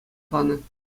панӑ